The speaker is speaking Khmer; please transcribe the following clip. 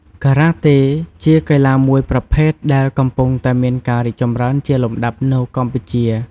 ការ៉ាតេ ជាកីឡាមួយប្រភេទដែលកំពុងតែមានការរីកចម្រើនជាលំដាប់នៅកម្ពុជា។